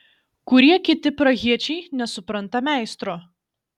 kurie kiti prahiečiai nesupranta meistro